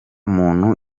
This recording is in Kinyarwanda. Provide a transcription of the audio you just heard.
muntu